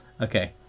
Okay